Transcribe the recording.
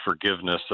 forgiveness